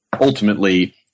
ultimately